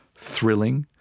thrilling,